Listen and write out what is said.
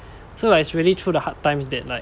so like it's really through the hard times that like